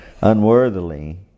unworthily